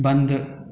बंदि